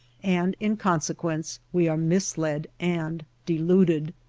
and in consequence we are misled and deluded.